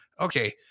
okay